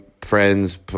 Friends